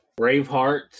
Braveheart